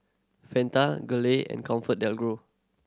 Fanta Gelare and ComfortDelGro